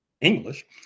English